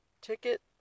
ticket